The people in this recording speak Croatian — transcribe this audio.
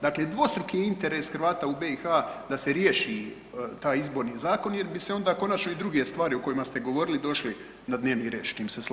Dakle, dvostruki je interes Hrvata u BiH da se riješi taj izborni zakon jer bi se onda konačno i druge stvari o kojima ste govorile došle na dnevni red, s čim se slažem.